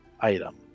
item